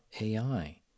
AI